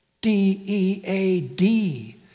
D-E-A-D